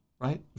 right